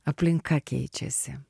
aplinka keičiasi